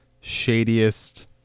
shadiest